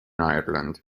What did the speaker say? ireland